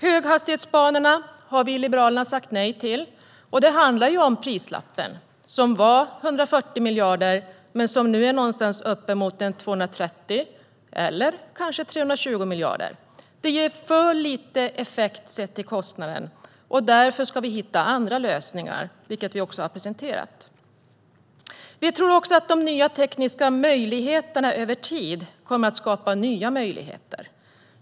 Vi i Liberalerna har sagt nej till höghastighetsbanorna. Det handlar om prislappen som var 140 miljarder men som nu är 230 eller uppåt 320 miljarder. Det ger för lite effekt sett till kostnaden. Därför ska vi hitta andra lösningar, vilka vi också har presenterat. Vi tror att de nya tekniska lösningarna över tid kommer att skapa nya möjligheter.